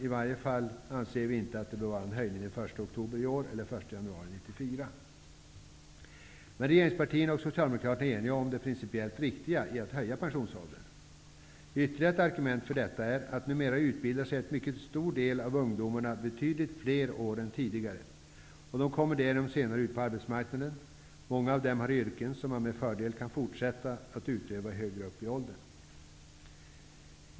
I varje fall anser vi inte att höjningen bör ske den 1 oktober i år eller den 1 januari 1994. Men regeringspartierna och Socialdemokraterna är eniga om det principiellt riktiga i att höja pensionsåldern. Ytterligare ett argument för detta är, att numera utbildar sig fler ungdomar under betydligt längre tid än tidigare. De kommer därigenom ut senare på arbetsmarknaden. Många av dem har yrken som med fördel kan utövas högre upp i åldrarna.